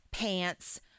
pants